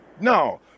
No